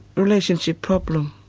relationship problems,